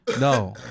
no